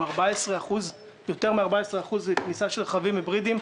עם יותר מ-14% כניסה של רכבים היברידיים.